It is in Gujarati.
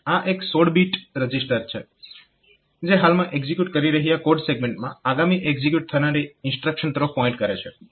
આ એક 16 બીટ રજીસ્ટર છે જે હાલમાં એક્ઝીક્યુટ કરી રહયા કોડ સેગમેન્ટમાં આગામી એક્ઝીક્યુટ થનારી ઇન્સ્ટ્રક્શન તરફ પોઇન્ટ કરે છે